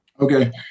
Okay